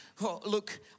Look